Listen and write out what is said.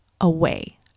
away